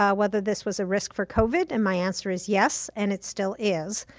ah whether this was a risk for covid and my answer is yes, and it still is.